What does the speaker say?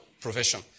profession